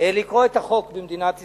לקרוא את החוק במדינת ישראל,